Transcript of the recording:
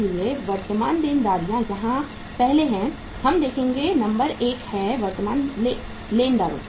इसलिए वर्तमान देनदारियां पहले हैं हम देखेंगे नंबर एक है वर्तमान लेनदारों